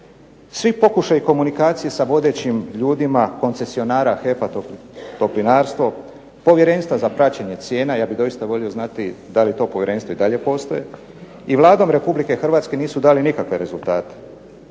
Svi pokušaji komunikacije sa vodećim ljudima koncesionara HEP-a Toplinarstvo POvjerenstva za praćenje cijena, ja bih volio doista znati da li to povjerenstvo i dalje postoji, i Vladom Republike Hrvatske nisu dali nikakve rezultate.